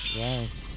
yes